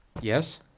Yes